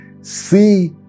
See